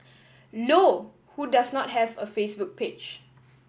low who does not have a Facebook page